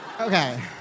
Okay